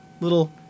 little